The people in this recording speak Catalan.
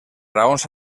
raons